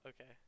Okay